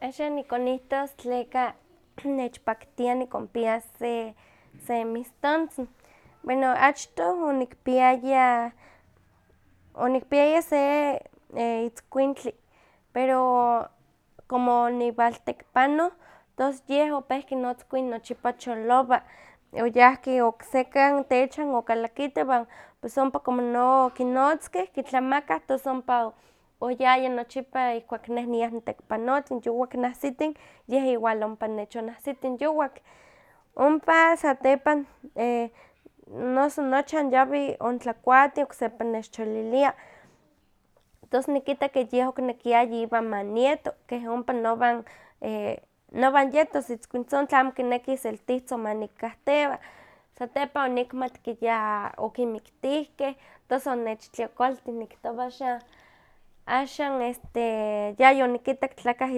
Axan nikonihtos tleka nechpaktia nikonpias se- se mistontzin. Bueno achtoh onikpiaya, onikpiaya se itzkuintli, pero como oniwaltekipanoh, tos yeh opehki notzkuin nochipa cholowa, oyahki oksekan techan okalakito, iwan tos ompa como no okinotzkeh kitlamakah, tos ompa oyaya nochipa, ihkuak neh niah nitekipanotin, yowak nahsitin, yeh igual ompa nechonahsitin yowak. Ompa satepan e- noso nochan yawi ontlakuatin, oksepa yawi nechcholilia, tos nikita keh yeh okinekiaya iwan ma nieto, keh ompa nowan e- nowan yetos, itzkuintzintli amo kineki iseltihtzin ma nikahtewa, satepan onikmatki ya okimiktihkeh, tos onechtliokoltih nikihtowa axan este, ya yonikitak tlakah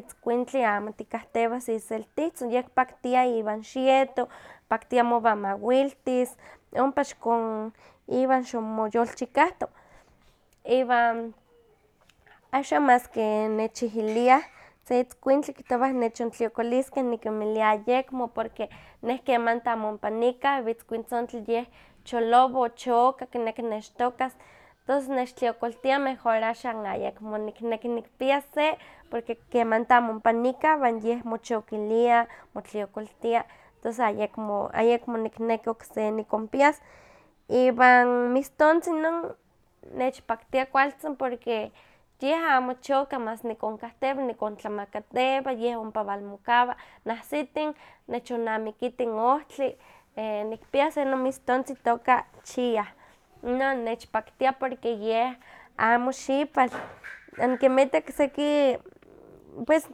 itzkuintli amo tikahtewas iseltihtzin, yeh kipaktia iwan xieto, kipaktia mowan mawiltis, ompa xikon, iwan ximoyolchikahto. Iwan axan maske nechihiliah se itzkuintli kihtowah nechontliokoliskeh nikinmilia ayekmo porque neh kemanti amo ompa nikah iwan itzkuintzintli yeh cholowa o choka kineki nechtokas, tos nechtliokoltia mejor axan ayakmo nikneki nikpias se, porque kemanti amo ompa nikah iwan yeh mochokilia, motliokoltia, tos ayekmo ayekmo nikneki okse nikonpias. Iwan mistontzin inon nechpaktia kualtzin porque yeh amo choka mas nikonkahtewa nikontlamakatewa, yeh ompa walmokawa. Nahsitin nechonnamikitin ohtli. Nikpia se nomistontzin itooka chía. Inon nechpaktia porque yeh amo xipal. Onikinmitak seki, pues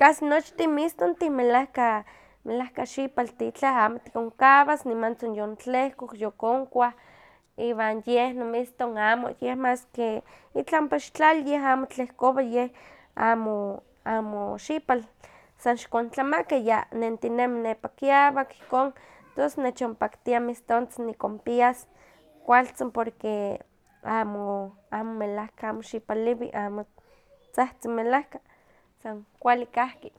kasi nochtin mistontih melahka melahka xipaltih, amo itlah tikonkawas, nimantzin yontlehkok yokonkuah. Iwan yeh nomiston amo, yeh maskeh itlah ompa xiktlali yeh amo tlehkowa, yeh amo amo xipal. San xikontlamaka, ya nentinemi nepa kiawak, ihkon. Tos nechonpaktia mistontzin nikonpias, kualtzin porque amo amo melahka amo xipaliwi, amo tzahtzi melahka san kuali kahki.